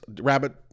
rabbit